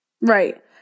Right